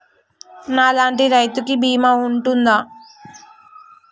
నా లాంటి రైతు కి బీమా ఉంటుందా?